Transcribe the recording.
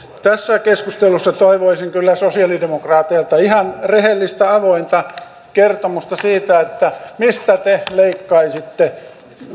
tässä keskustelussa toivoisin kyllä sosialidemokraateilta ihan rehellistä avointa kertomusta siitä mistä te leikkaisitte